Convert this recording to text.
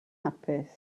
hapus